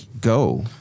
go